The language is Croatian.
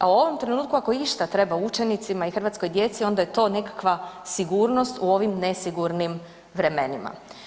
A u ovom trenutku ako išta treba učenicima i hrvatskoj djeci onda je to nekakva sigurnost u ovim nesigurnim vremenima.